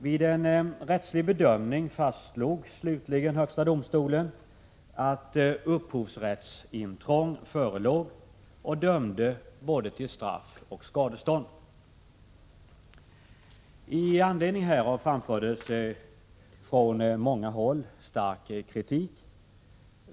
Vid en rättslig bedömning fastslog högsta domstolen slutligen att upphovsrättsintrång förelåg och dömde både till straff och till skadestånd. I anledning härav framfördes från många håll stark kritik.